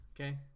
okay